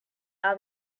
are